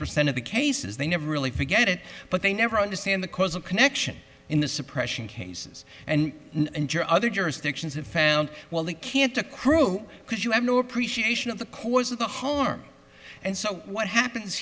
percent of the cases they never really forget it but they never understand the causal connection in the suppression cases and other jurisdictions have found well they can't accrue because you have no appreciation of the course of the harm and so what happens